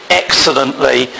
excellently